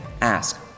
ask